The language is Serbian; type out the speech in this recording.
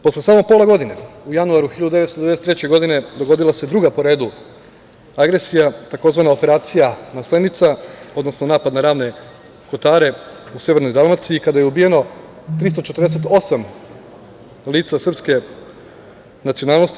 Posle samo pola godine, u januaru 1993. godine dogodila se druga po redu agresija, tzv. operacija „Maslenica“, odnosno napad na Ravne Kotare u Severnoj Dalmaciji kada je ubijeno 348 lica srpske nacionalnosti.